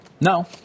No